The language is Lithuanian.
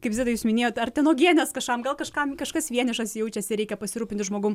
kaip zita jūs minėjot ar ten uogienės kažkam gal kažkam kažkas vienišas jaučiasi ir reikia pasirūpinti žmogum